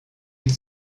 ils